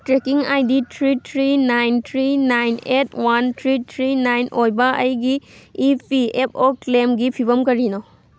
trekking I D three three nine three nine eight one three three nine ꯑꯣꯏꯕ ꯑꯩꯒꯤ E P F O ꯀ꯭ꯂꯦꯝꯒꯤ ꯐꯤꯚꯝ ꯀꯔꯤꯅꯣ